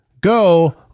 go